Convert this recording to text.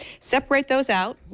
separate those out,